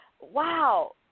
Wow